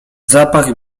zapach